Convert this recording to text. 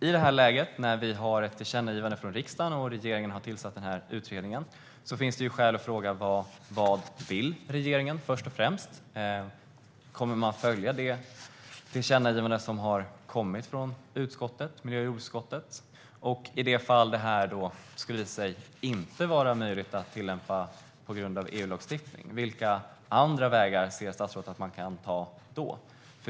I detta läge när vi har ett tillkännagivande från riksdagen och när regeringen har tillsatt denna utredning finns det skäl att först och främst fråga vad regeringen vill och om man kommer att följa detta tillkännagivande från miljö och jordbruksutskottet. I det fall som detta inte skulle vara möjligt att tillämpa på grund av EU-lagstiftning, vilka andra vägar ser statsrådet då att man kan ta?